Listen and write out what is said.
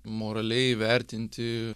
moraliai įvertinti